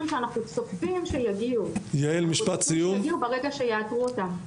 שאנחנו צופים שיגיעו ברגע שיאתרו אותם.